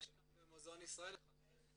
יש כאן במוזיאון ישראל אחד.